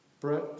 Brett